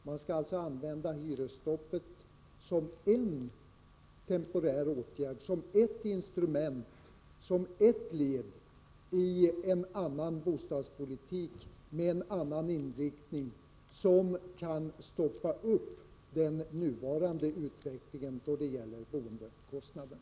Man skall alltså använda hyresstoppet som en temporär åtgärd, som ett instrument, som ett led i en annan bostadspolitik med en annan inriktning, som kan stoppa upp den nuvarande utvecklingen då det gäller boendekostnaderna.